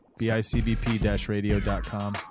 BICBP-radio.com